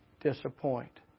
disappoint